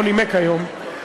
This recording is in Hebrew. לא נימק היום,